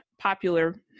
popular